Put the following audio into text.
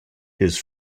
his